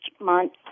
month